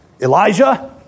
Elijah